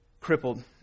crippled